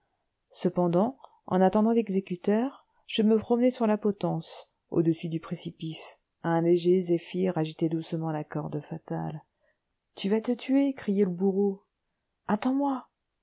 cependant en attendant l'exécuteur je me promenais sur la potence au-dessus du précipice un léger zéphyr agitait doucement la corde fatale tu vas te tuer criait le bourreau attends-moi